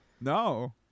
No